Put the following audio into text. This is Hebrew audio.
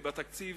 בתקציב